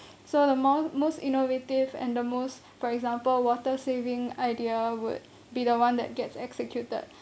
so the mo~ most innovative and the most for example water saving idea would be the one that gets executed